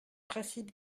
principe